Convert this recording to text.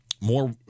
More